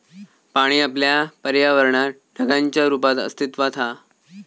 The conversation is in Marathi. पाणी आपल्या पर्यावरणात ढगांच्या रुपात अस्तित्त्वात हा